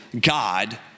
God